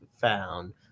found